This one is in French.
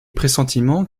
pressentiments